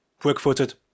quick-footed